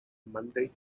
monday